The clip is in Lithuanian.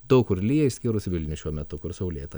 daug kur lyja išskyrus vilnių šiuo metu kur saulėta